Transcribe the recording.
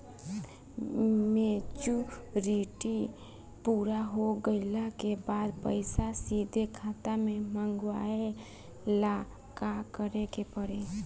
Maturity पूरा हो गइला के बाद पईसा सीधे खाता में मँगवाए ला का करे के पड़ी?